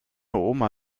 oma